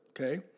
okay